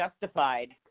justified